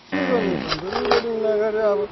के गर्नु त अन्त रिकर्डिङ नगरेर अब